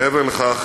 מעבר לכך,